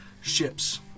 ships